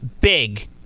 big